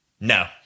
no